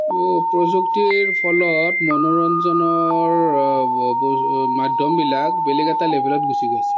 প্ৰযুক্তিৰ ফলত মনোৰঞ্জনৰ মাধ্য়মবিলাক বেলেগ এটা লেভেলত গুছি গৈছে